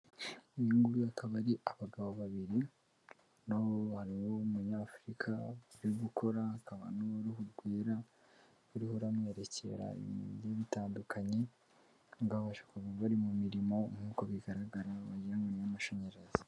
Uyu ngo akaba ari abagabo babiri umwe ni umwarabu undi umunyafurika, bari gukora akaba n'uruhu rwera ruhoramwerekera ibiindi bitandukanye ngo abasha kuva bari mu mirimo nk'uko bigaragara bajyanye n'amashanyarazi.